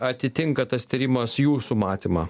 atitinka tas tyrimas jūsų matymą